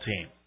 team